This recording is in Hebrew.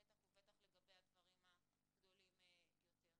בטח ובטח לגבי הדברים הגדולים יותר.